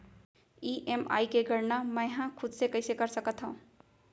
EMI के गड़ना मैं हा खुद से कइसे कर सकत हव?